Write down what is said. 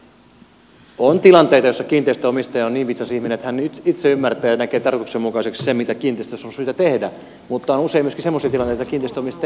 on tilanteita joissa kiinteistön omistaja on niin viisas ihminen että hän itse ymmärtää ja näkee tarkoituksenmukaiseksi sen mitä kiinteistössä on syytä tehdä mutta on usein myöskin semmoisia tilanteita että kiinteistön omistaja ei sitä tiedä